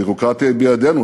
הביורוקרטיה היא בידינו,